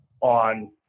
on